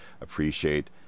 appreciate